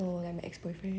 oh like my ex-boyfriend